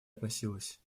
относилось